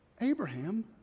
Abraham